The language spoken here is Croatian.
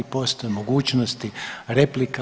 Postoji mogućnosti replika.